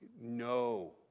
no